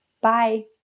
Bye